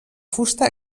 fusta